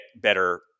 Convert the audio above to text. better